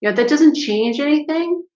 yeah that doesn't change anything,